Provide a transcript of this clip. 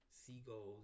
seagulls